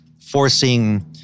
forcing